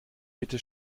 bitte